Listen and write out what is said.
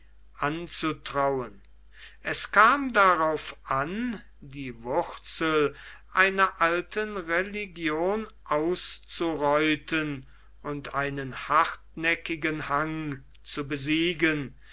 anzutrauen es kam darauf an die wurzel einer alten religion auszureuten und einen hartnäckigen hang zu besiegen